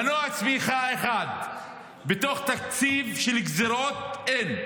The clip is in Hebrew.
מנוע צמיחה בתוך תקציב של גזרות, אין.